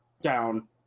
down